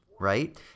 right